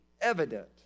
evident